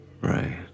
Right